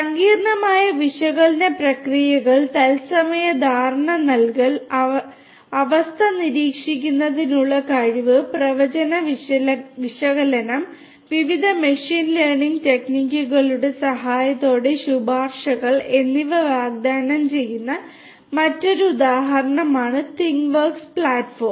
സങ്കീർണ്ണമായ വിശകലന പ്രക്രിയകൾ തത്സമയ ധാരണ നൽകൽ അവസ്ഥ നിരീക്ഷണത്തിനുള്ള കഴിവ് പ്രവചന വിശകലനം വിവിധ മെഷീൻ ലേണിംഗ് ടെക്നിക്കുകളുടെ സഹായത്തോടെ ശുപാർശകൾ എന്നിവ വാഗ്ദാനം ചെയ്യുന്ന മറ്റൊരു ഉദാഹരണമാണ് തിങ്വർക്സ് പ്ലാറ്റ്ഫോം